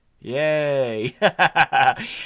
Yay